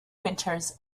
winters